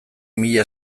mila